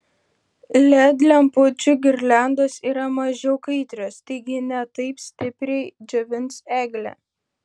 led lempučių girliandos yra mažiau kaitrios taigi ne taip stipriai džiovins eglę